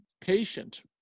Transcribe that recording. patient